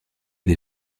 des